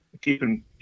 keeping